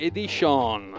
Edition